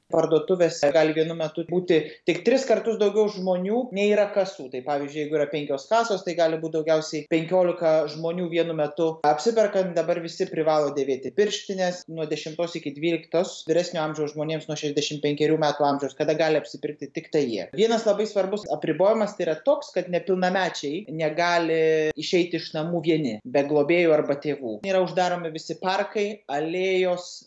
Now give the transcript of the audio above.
parduotuvėse gali vienu metu būti tik tris kartus daugiau žmonių nei yra kasų tai pavyzdžiui jeigu yra penkios kasos tai gali būt daugiausiai penkiolika žmonių vienu metu apsiperkant dabar visi privalo dėvėti pirštines nuo dešimtos iki dvyliktos vyresnio amžiaus žmonėms nuo šešiasdešim penkerių metų amžiaus kada gali apsipirkti tiktai jie vienas labai svarbus apribojimas yra toks kad nepilnamečiai negali išeiti iš namų vieni be globėjų arba tėvų yra uždaromi visi parkai alėjos